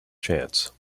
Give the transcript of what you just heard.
chance